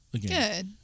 Good